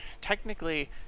technically